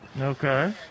Okay